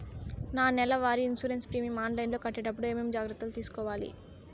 నా నెల వారి ఇన్సూరెన్సు ప్రీమియం ఆన్లైన్లో కట్టేటప్పుడు ఏమేమి జాగ్రత్త లు తీసుకోవాలి?